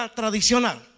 tradicional